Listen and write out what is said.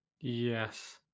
Yes